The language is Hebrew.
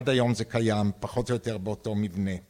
עד היום זה קיים, פחות או יותר באותו מבנה.